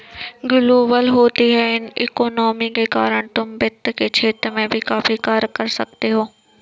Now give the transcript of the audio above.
global होती economy के कारण तुम वित्त के क्षेत्र में भी काफी कार्य कर सकते हो